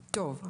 טוב.